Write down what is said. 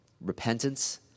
repentance